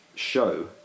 Show